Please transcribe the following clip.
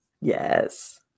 Yes